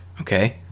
Okay